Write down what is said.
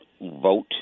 vote